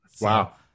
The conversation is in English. Wow